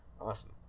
awesome